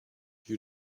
you